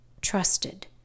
trusted